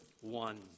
one